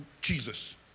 Jesus